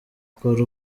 kora